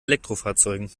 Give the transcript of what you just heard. elektrofahrzeugen